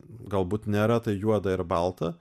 galbūt nėra tai juoda ir balta